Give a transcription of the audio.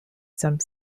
some